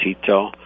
Tito